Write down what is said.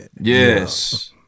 Yes